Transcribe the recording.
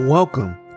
Welcome